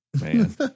man